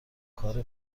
کار